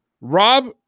Rob